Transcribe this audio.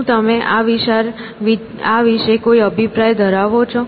શું તમે આ વિશે કોઈ અભિપ્રાય ધરાવો છો